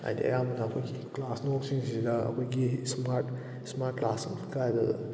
ꯍꯥꯏꯗꯤ ꯑꯌꯥꯝꯕꯅ ꯑꯩꯈꯣꯏꯒꯤ ꯀ꯭ꯂꯥꯁ ꯅꯨꯡꯁꯤꯡꯁꯤꯗ ꯑꯩꯈꯣꯏꯒꯤ ꯏꯁꯃꯥꯔꯠ ꯏꯁꯃꯥꯔꯠ ꯀ꯭ꯂꯥꯁ ꯀꯥꯏꯗꯣ